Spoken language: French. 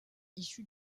issue